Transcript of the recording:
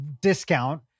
discount